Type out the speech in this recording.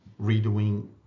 redoing